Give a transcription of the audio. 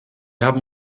haben